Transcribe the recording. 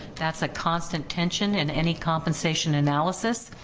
that's a constant tension in any compensation analysis,